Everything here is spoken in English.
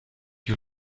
you